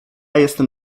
jestem